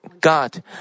God